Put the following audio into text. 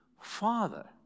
Father